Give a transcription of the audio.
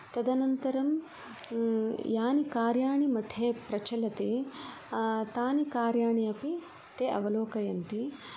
तदनन्तरं यानि कार्याणि मठे प्रचलति तानि कार्याणि अपि ते अवलोकयन्ति